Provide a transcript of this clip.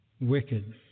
Wicked